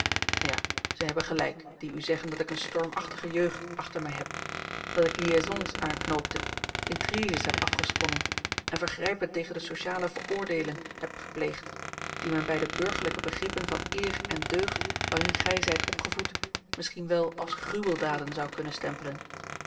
ja zij hebben gelijk die u zeggen dat ik eene stormachtige jeugd achter mij heb dat ik liaisons aanknoopte intriges heb afgesponnen en vergrijpen tegen de sociale veroordeelen heb gepleegd die men bij de burgerlijke begrippen van eer en deugd waarin gij zijt opgevoed misschien wel als gruweldaden zou kunnen stempelen